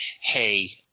Hey